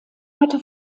hatte